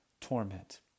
torment